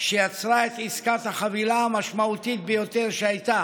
שיצרה את עסקת החבילה המשמעותית ביותר שהייתה